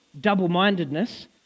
Double-mindedness